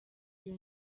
iyo